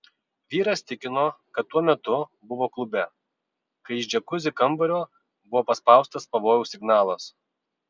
vyras tikino kad tuo metu buvo klube kai iš džiakuzi kambario buvo paspaustas pavojaus signalas